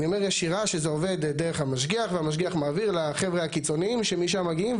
שזה עובד דרך המשגיח והמשגיח מעביר לחבר'ה הקיצוניים שמשם מגיעים,